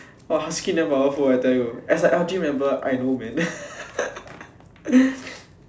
!wah! her scream damn powerful I tell you as a L_G member I know man